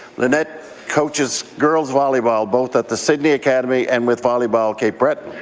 lynnette coaches girls volleyball, both at the sydney academy and with volleyball cape breton.